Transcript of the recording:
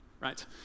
right